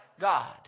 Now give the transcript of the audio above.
God